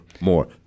more